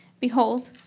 behold